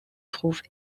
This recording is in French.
trouve